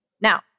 Now